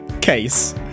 case